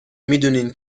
میدونین